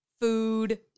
Food